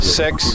six